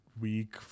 week